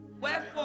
Wherefore